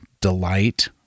delight